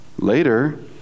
Later